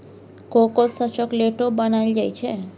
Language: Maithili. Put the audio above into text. कोको सँ चाकलेटो बनाइल जाइ छै